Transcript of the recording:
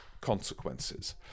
consequences